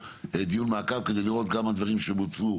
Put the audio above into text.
דיון מעקב כדי לראות גם על דברים שבוצעו